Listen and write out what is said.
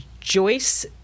Joyce